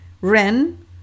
Ren